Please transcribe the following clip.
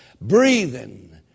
breathing